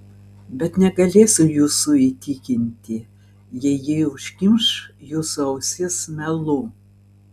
bet negalėsiu jūsų įtikinti jei ji užkimš jūsų ausis melu